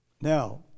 Now